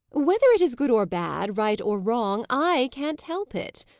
whether it is good or bad, right or wrong, i can't help it,